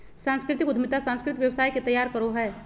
सांस्कृतिक उद्यमिता सांस्कृतिक व्यवसाय के तैयार करो हय